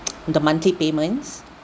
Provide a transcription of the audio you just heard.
the monthly payments